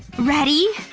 ready,